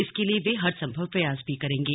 इसके लिए वे हर संभव प्रयास भी करेंगे